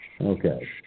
Okay